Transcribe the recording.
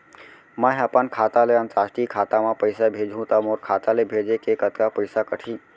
मै ह अपन खाता ले, अंतरराष्ट्रीय खाता मा पइसा भेजहु त मोर खाता ले, भेजे के कतका पइसा कटही?